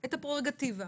את הפררוגטיבה,